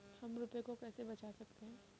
हम रुपये को कैसे बचा सकते हैं?